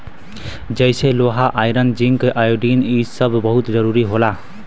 जइसे लोहा iron zinc iodine इ सब बहुत जरूरी होला